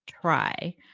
try